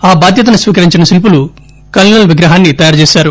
ఆ బాధ్యతను స్వీకరించిన శిల్పులు కల్పల్ విగ్రహాన్ని చేశారు